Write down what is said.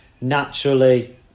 naturally